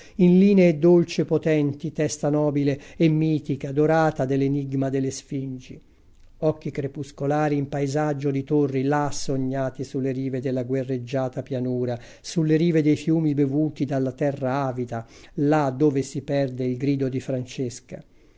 in linee dolci e potenti testa nobile e mitica dorata dell'enigma delle sfingi occhi crepuscolari in paesaggio di torri là sognati sulle rive della guerreggiata pianura sulle rive dei fiumi bevuti dalla terra avida là dove si perde il grido di francesca